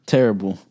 Terrible